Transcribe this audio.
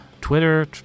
twitter